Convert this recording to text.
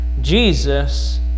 Jesus